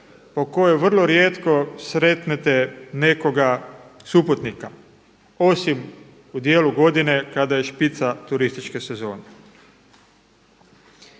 po kojoj vrlo rijetko sretnete nekoga suputnika osim u dijelu godine kada je špica turističke sezone.